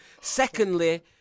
Secondly